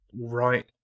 right